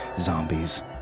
zombies